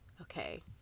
Okay